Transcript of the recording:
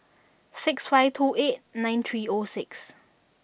six five two eight nine three O six